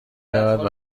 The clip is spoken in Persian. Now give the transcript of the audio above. رود